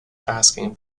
asking